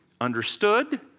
understood